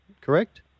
correct